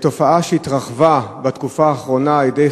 תופעה שהתרחבה בתקופה האחרונה על-ידי